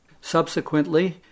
Subsequently